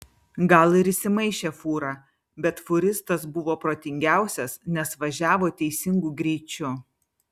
gal ir įsimaišė fūra bet fūristas buvo protingiausias nes važiavo teisingu greičiu